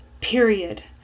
Period